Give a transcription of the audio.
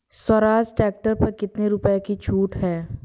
Swaraj tractor पर कितनी रुपये की छूट है?